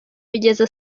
bigeze